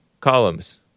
columns